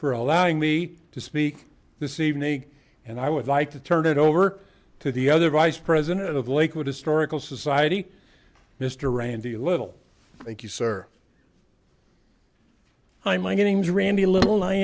for allowing me to speak this evening and i would like to turn it over to the other vice president of the lakewood historical society mr randy little thank you sir hi my name's randy l